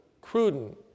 Cruden